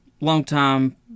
longtime